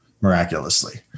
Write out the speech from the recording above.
miraculously